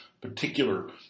Particular